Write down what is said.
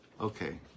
Okay